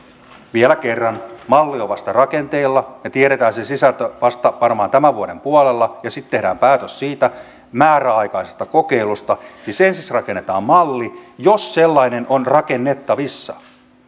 vielä kerran malli on vasta rakenteilla ja tiedetään sen sisältö vasta varmaan tämän vuoden puolella ja sitten tehdään päätös siitä määräaikaisesta kokeilusta siis ensiksi rakennetaan malli jos sellainen on rakennettavissa